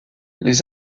les